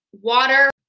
water